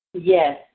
Yes